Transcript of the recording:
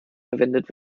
verwendet